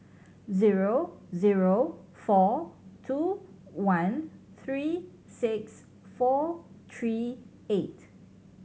zero zero four two one three six four three eight